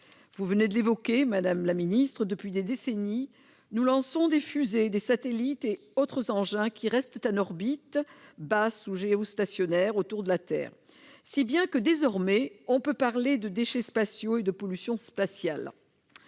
vient de l'évoquer. En effet, voilà des décennies que nous lançons fusées, satellites et autres engins qui restent en orbite, basse ou géostationnaire, autour de la Terre. Si bien que, désormais, on peut parler de déchets spatiaux et de pollution spatiale.